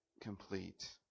complete